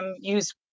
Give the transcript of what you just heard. use